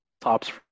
tops